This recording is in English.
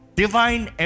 divine